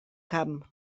camp